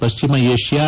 Paschim Asia